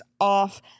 off